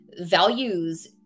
values